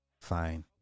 fine